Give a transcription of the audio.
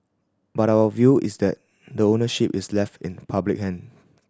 but our view is that the ownership is left in public hand